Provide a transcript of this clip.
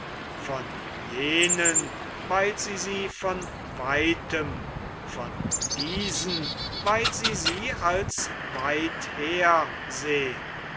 von jenen weil sie sie von weitem von diesen weil sie sie als weither sehen